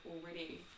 already